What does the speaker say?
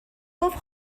گفت